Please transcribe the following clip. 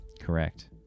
Correct